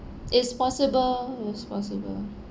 it's possible it's possible